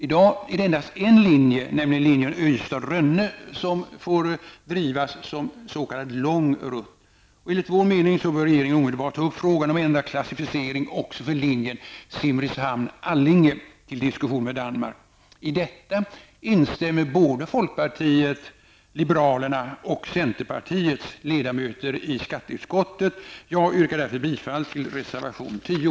I dag är det endast en linje, nämligen linjen Ystad--Rönne som får drivas som s.k. lång rutt. Enligt vår mening bör regeringen omedelbart ta upp frågan om ändrad klassificering också för linjen Simrishamn--Allinge till diskussion med Danmark. I detta instämmer både folkpartiet liberalerna och centerpartiets ledamöter i skatteutskottet. Jag yrkar bifall till reservation 10.